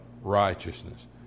righteousness